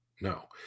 No